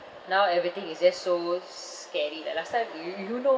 now everything is just so s~ scary like last time do you know